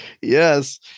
Yes